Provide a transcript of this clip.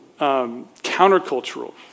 countercultural